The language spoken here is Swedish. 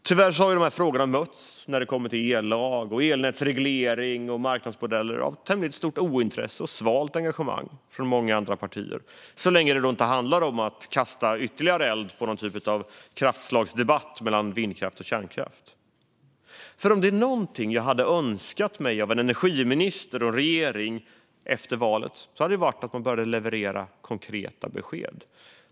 Tyvärr har frågorna om ellag, elnätsreglering och marknadsmodeller mötts av ett tämligen stort ointresse och svalt engagemang från många andra partier, så länge det inte handlat om att kasta ytterligare bränsle på någon typ av kraftslagsdebatt mellan vindkraft och kärnkraft. Om det är någonting jag hade önskat mig av en energiminister och en regering efter valet är det att de hade börjat leverera konkreta besked.